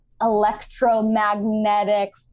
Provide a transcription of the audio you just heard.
electromagnetic